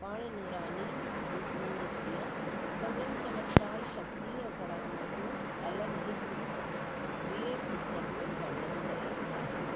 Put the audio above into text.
पाण नूरानी थू नूर थी आ संदन चमत्कार शक्तिअ करामतूं अलॻि हिकु ॿिए पुस्तक में वर्णन कयलु आहिनि